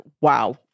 wow